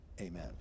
Amen